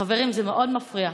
חברים, זה מאוד מפריע.